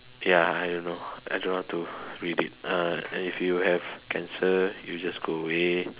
ya I don't know I don't know how to read it uh and if you have cancer it'll just go away